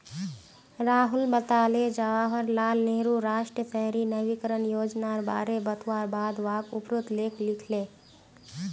राहुल बताले जवाहर लाल नेहरूर राष्ट्रीय शहरी नवीकरण योजनार बारे बतवार बाद वाक उपरोत लेख लिखले